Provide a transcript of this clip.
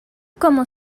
como